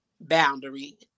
boundary